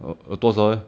oh err 多少 leh